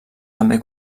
també